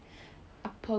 how